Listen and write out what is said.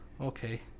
okay